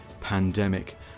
pandemic